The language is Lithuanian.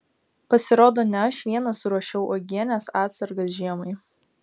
pasirodo ne aš vienas ruošiau uogienės atsargas žiemai